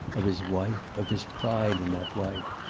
of his wife, of his pride in that wife.